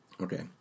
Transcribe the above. Okay